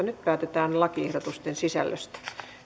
nyt päätetään lakiehdotusten sisällöstä